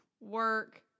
work